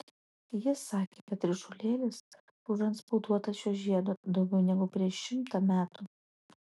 jis sakė kad ryšulėlis užantspauduotas šiuo žiedu daugiau negu prieš šimtą metų